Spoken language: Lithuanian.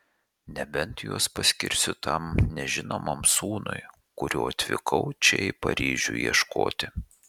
nebent juos paskirsiu tam nežinomam sūnui kurio atvykau čia į paryžių ieškoti